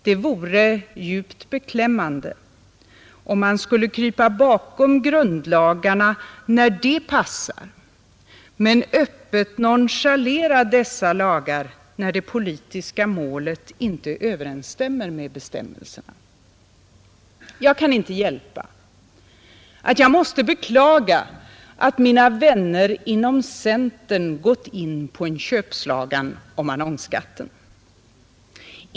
Det vore djupt beklämmande om man skulle krypa bakom grundlagarna när det passar men öppet nonchalera dessa lagar när det politiska målet inte överensstämmer med bestämmelserna. Jag kan inte hjälpa att jag måste beklaga, att mina vänner inom centern gått in på en köpslagan om annonsskatten.